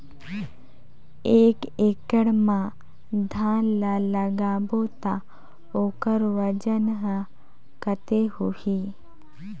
एक एकड़ मा धान ला लगाबो ता ओकर वजन हर कते होही?